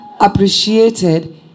appreciated